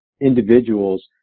individuals